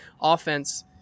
offense